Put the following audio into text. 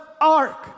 ark